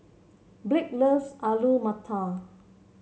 Blake loves Alu Matar